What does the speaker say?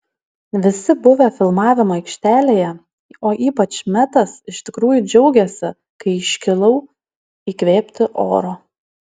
visi buvę filmavimo aikštelėje o ypač metas iš tikrųjų džiaugėsi kai iškilau įkvėpti oro